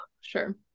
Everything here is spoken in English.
sure